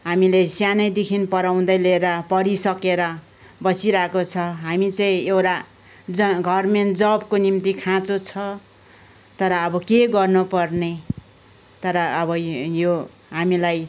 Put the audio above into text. हामीले सानैदेखि पढाउँदै लिएर पढिसकेर बसिरहेको छ हामी चाहिँ एउटा ज गभर्मेन्ट जबको निम्ति खाँचो छ तर अब के गर्न पर्ने तर अब यो हामीलाई